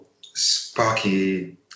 Sparky